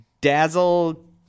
Dazzle